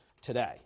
today